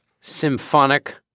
symphonic